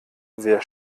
wer